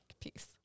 Peace